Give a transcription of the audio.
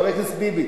חבר הכנסת ביבי,